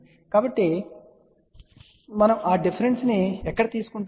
కాబట్టి మనము ఆ డిఫరెన్స్ ని ఎక్కడ తీసుకుంటాము